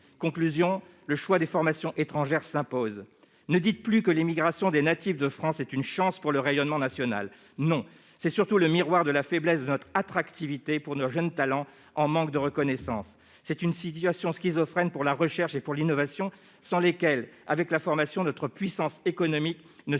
Conclusion : le choix des formations étrangères s'impose. Ne dites plus que l'émigration des natifs de France est une chance pour le rayonnement national ! Elle est surtout le miroir de la faiblesse de notre attractivité pour nos jeunes talents en manque de reconnaissance. C'est une situation schizophrène pour la recherche et l'innovation, sans lesquelles, avec la formation, la puissance économique ne survit